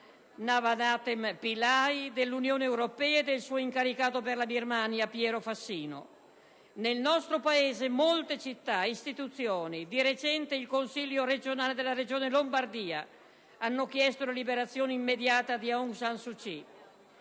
Navanethem Pillay, dell'Unione europea e del suo incaricato per la Birmania Piero Fassino. Nel nostro Paese molte città e istituzioni - di recente il consiglio regionale della Regione Lombardia - hanno chiesto la liberazione immediata di Aung San Suu Kyi.